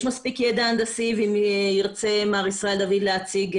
יש מספיק ידע הנדסי ואם ירצה מר ישראל דוד להציג,